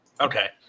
Okay